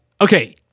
Okay